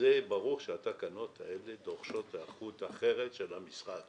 ברור שהתקנות דורשות היערכות אחרת של המשרד